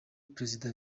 perezida